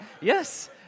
Yes